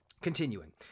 Continuing